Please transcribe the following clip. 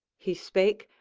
he spake,